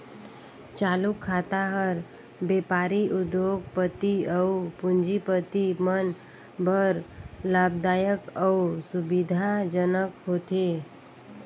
चालू खाता हर बेपारी, उद्योग, पति अउ पूंजीपति मन बर लाभदायक अउ सुबिधा जनक होथे